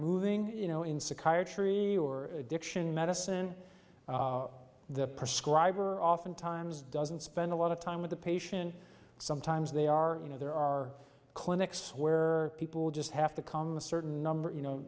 moving you know in psychiatry or addiction medicine the prescribe are often times doesn't spend a lot of time with the patient sometimes they are you know there are clinics where people just have to come certain number you know